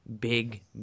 big